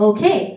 Okay